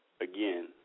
Again